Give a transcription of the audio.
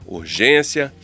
urgência